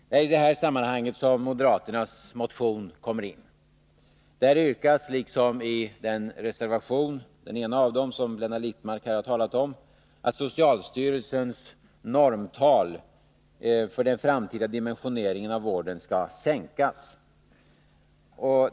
Det är i det sammanhanget som moderaternas motion kommer in. Där yrkas — liksom i en av de reservationer som Blenda Littmarck har talat om — att socialstyrelsens normtal för den framtida dimensioneringen av vården skall sänkas.